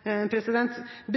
Arbeiderpartiet